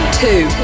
two